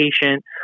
patient